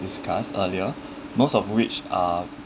discuss earlier most of which are